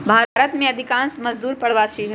भारत में अधिकांश मजदूर प्रवासी हई